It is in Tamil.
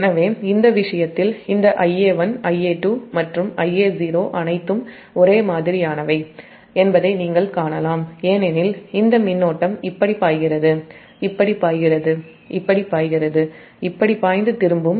எனவே இந்த விஷயத்தில் Ia1 Ia2 மற்றும் Ia0 அனைத்தும் ஒரே மாதிரியானவை என்பதை நீங்கள் காணலாம் ஏனெனில் இந்த மின்னோட்டம் இப்படி பாய்கிறது இப்படி பாய்ந்து திரும்பும்